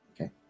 okay